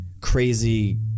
crazy